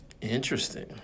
Interesting